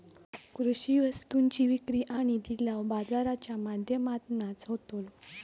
कृषि वस्तुंची विक्री आणि लिलाव बाजाराच्या माध्यमातनाच होतलो